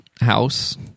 house